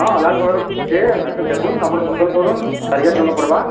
ହଁ ଲାଲ୍ କଲର୍ ଅଛେ ଆସ ଦେଖୁନ୍ ଆପଣ ପସନ୍ଦ୍ କରୁନ୍ ଚାର୍ ହଜାର୍ ଟଙ୍କା ପଡ଼୍ବା